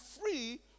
free